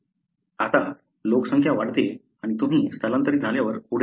आता लोकसंख्या वाढते आणि तुम्ही स्थलांतरित झाल्यावर पुढे चालू ठेवता